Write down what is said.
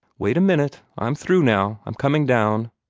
wait a minute. i'm through now. i'm coming down,